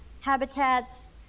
habitats